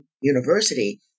University